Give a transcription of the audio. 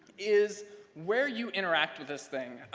is where you interact with this thing.